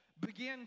begin